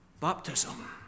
Baptism